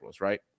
right